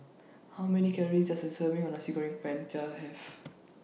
How Many Calories Does A Serving of Nasi Goreng Have